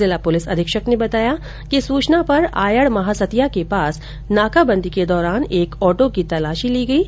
जिला पुलिस अधीक्षक ने बताया कि सूचना पर आयड महासतियां के पास नाकाबंदी के दौरान एक ऑटो की तलाशी ली गयी